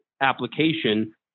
application